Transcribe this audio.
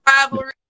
rivalry